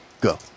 Go